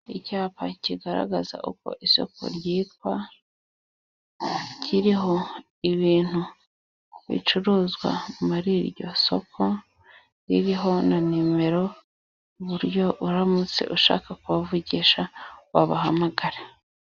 Icyapa kigaragaza uko isoko ryitwa, kiriho ibintu bicuruzwa muri iryo soko, ririho na nimero ku buryo uramutse ushaka kubavugisha wabahamagara.